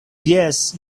jes